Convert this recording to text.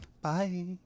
Bye